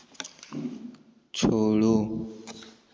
छोड़ो